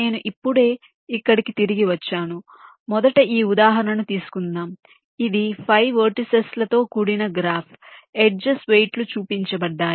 నేను ఇప్పుడే ఇక్కడికి తిరిగి వచ్చాను మొదట ఈ ఉదాహరణను తీసుకుందాం ఇది 5 వెర్టిసిస్ లతో కూడిన గ్రాఫ్ ఎడ్జెస్ వెయిట్ లు చూపించబడ్డాయి